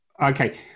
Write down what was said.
Okay